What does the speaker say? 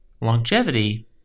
Longevity